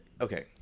okay